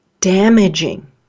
damaging